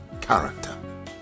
character